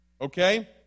Okay